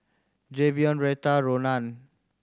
Jayvion Retta Ronan